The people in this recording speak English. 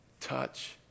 touch